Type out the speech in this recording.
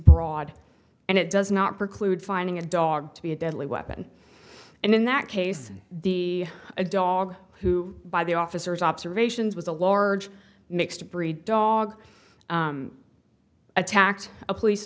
broad and it does not preclude finding a dog to be a deadly weapon and in that case the a dog who by the officers observations was a large mixed breed dog attacked a police